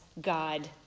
God